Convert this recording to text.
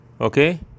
okay